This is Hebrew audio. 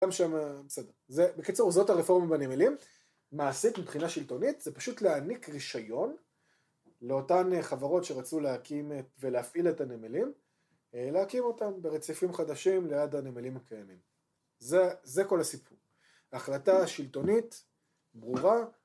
גם שאומר .. בקיצור זאת הרפורמה בנמלים מעשית מבחינה שלטונית זה פשוט להעניק רישיון לאותן חברות שרצו להקים, ולהפעיל את הנמלים להקים אותן ברציפים חדשים ליד הנמלים הקיימים, זה, זה כל הסיפור, החלטה שלטונית ברורה